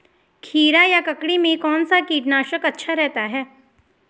खीरा या ककड़ी में कौन सा कीटनाशक अच्छा रहता है?